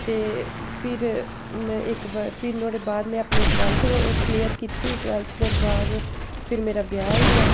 ते फिर में इक ब फिर नुआढ़े बाद में अपनी टवैल्थ क्लीयर कीती टवैल्थ दे बाद फिर मेरा ब्याह् होई गेआ